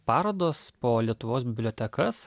parodos po lietuvos bibliotekas